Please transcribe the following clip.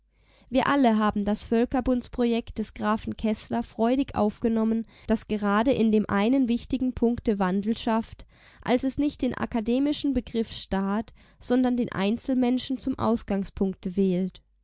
wir alle haben das völkerbundsprojekt des grafen keßler freudig aufgenommen das gerade in dem einen wichtigen punkte wandel schafft als es nicht den akademischen begriff staat sondern den einzelmenschen zum ausgangspunkte wählt